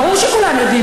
ברור שכולם יודעים.